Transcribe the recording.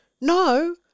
no